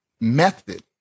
method